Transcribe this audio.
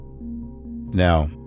Now